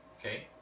Okay